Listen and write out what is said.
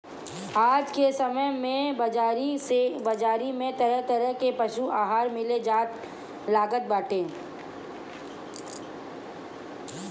आज के समय में बाजारी में तरह तरह के पशु आहार मिले लागल बाटे